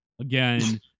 again